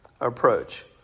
approach